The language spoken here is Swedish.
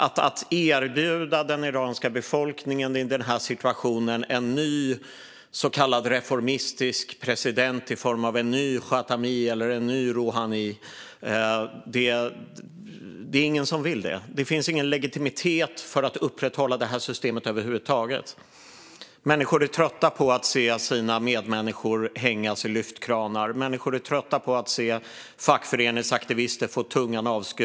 Att i den här situationen erbjuda den iranska befolkningen en ny så kallad reformistisk president i form av en ny Khatami eller en ny Rohani är det ingen som vill. Det finns ingen legitimitet för att upprätthålla det här systemet över huvud taget. Människor är trötta på att se sina medmänniskor hängas i lyftkranar. Människor är trötta på att se fackföreningsaktivister få tungan avskuren.